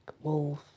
wolf